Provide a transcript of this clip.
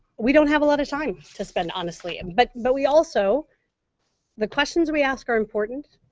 we don't have a lot of time to spend honestly, and but but we also the questions we ask are important.